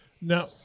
Now